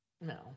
No